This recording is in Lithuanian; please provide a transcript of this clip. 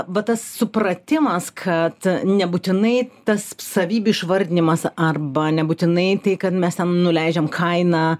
va tas supratimas kad nebūtinai tas savybių išvardijimas arba nebūtinai tai kad mes ten nuleidžiam kainą